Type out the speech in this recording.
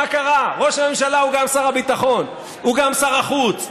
מה קרה: ראש הממשלה הוא גם שר הביטחון והוא גם שר החוץ.